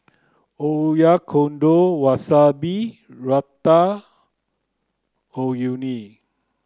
Oyakodon Wasabi Ratatouille